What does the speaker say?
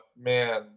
man